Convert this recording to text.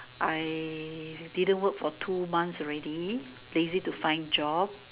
I didn't work for two months already lazy to find job